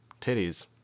titties